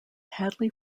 hadley